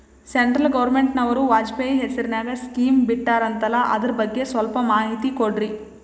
Central ಗವರ್ನಮೆಂಟನವರು ವಾಜಪೇಯಿ ಹೇಸಿರಿನಾಗ್ಯಾ scheme ಬಿಟ್ಟಾರಂತಲ್ಲ ಅದರ ಬಗ್ಗೆ ಸ್ವಲ್ಪ ಮಾಹಿತಿ ಕೊಡ್ರಿ?